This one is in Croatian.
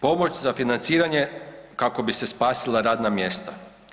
Pomoć za financiranje kako bi se spasila radna mjesta.